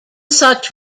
such